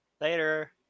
later